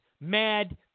mad